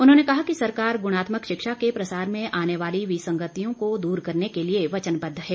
उन्होंने कहा कि सरकार गुणात्मक शिक्षा के प्रसार में आने वाली विसंगतियों को दूर करने के लिए वचनबद्व है